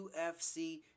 UFC